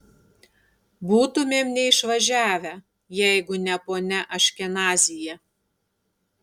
būtumėm neišvažiavę jeigu ne ponia aškenazyje